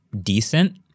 decent